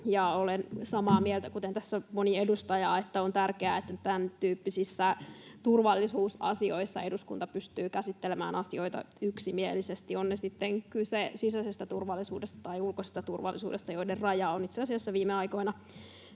Olen samaa mieltä, kuten tässä moni edustaja, että on tärkeää, että tämäntyyppisissä turvallisuusasioissa eduskunta pystyy käsittelemään asioita yksimielisesti, on sitten kyse sisäisestä turvallisuudesta tai ulkoisesta turvallisuudesta, joiden raja on itse asiassa viime aikoina